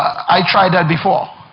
i tried that before.